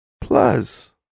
plus